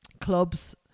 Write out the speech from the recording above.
clubs